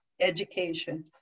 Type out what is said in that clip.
education